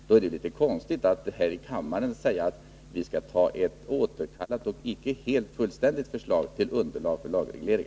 Då är det ju litet konstigt att här i kammaren säga att vi skall ta ett återkallat och icke fullständigt förslag som underlag för lagreglering.